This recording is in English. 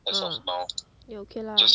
mm then okay lah